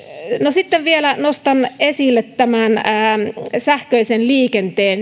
sitten vielä nostan esille tämän sähköisen liikenteen